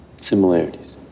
Similarities